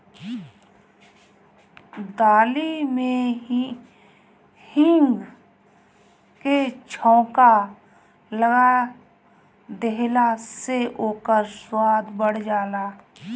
दाली में हिंग के छौंका लगा देहला से ओकर स्वाद बढ़ जाला